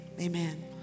amen